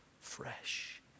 fresh